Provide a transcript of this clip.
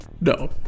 No